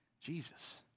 Jesus